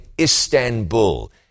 Istanbul